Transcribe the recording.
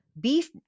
beef